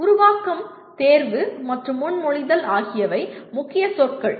உருவாக்கம் தேர்வு மற்றும் முன்மொழிதல் ஆகியவை முக்கிய சொற்கள்